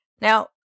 Now